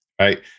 right